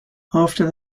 after